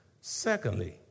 Secondly